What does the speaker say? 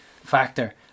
factor